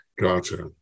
gotcha